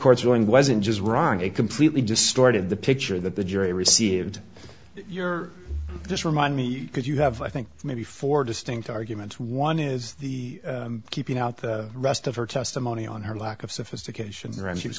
court's going wasn't just wrong they completely distorted the picture that the jury received you're just remind me because you have i think maybe four distinct arguments one is keeping out the rest of her testimony on her lack of sophistication and she was